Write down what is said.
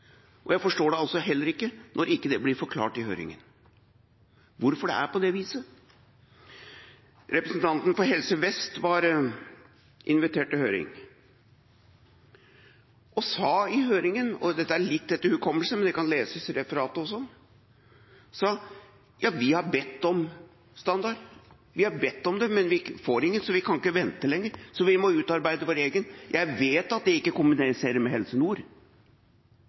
det. Jeg forstår det heller ikke når det ikke blir forklart i høringen hvorfor det er på det viset. Representanten for Helse Vest var invitert til høring, og sa i høringen – og dette er litt etter hukommelsen, men det kan leses i referatet også – at vi har bedt om standard, men vi får ingen, så vi kan ikke vente lenger, og vi må utarbeide vår egen. Jeg vet at det ikke kombineres heller med Helse Nord.